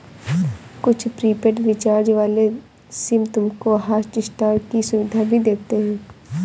कुछ prepaid recharge वाले sim तुमको हॉटस्टार की सुविधा भी देते हैं